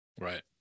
Right